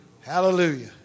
Hallelujah